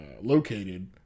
located